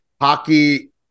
hockey